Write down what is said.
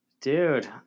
Dude